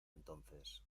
entonces